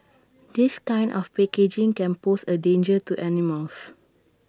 this kind of packaging can pose A danger to animals